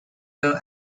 law